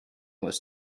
was